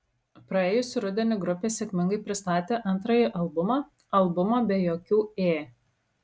praėjusį rudenį grupė sėkmingai pristatė antrąjį albumą albumą be jokių ė